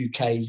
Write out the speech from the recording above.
UK